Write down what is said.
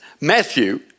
Matthew